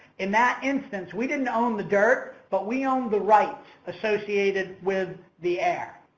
in that instance we didn't own the dirt, but we own the rights associated with the air,